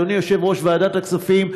אדוני יושב-ראש ועדת הכספים,